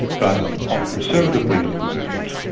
but on the conservative wing of the movement,